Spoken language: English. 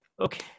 Okay